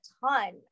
ton